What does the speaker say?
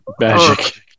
magic